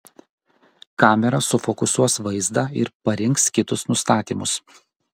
kamera sufokusuos vaizdą ir parinks kitus nustatymus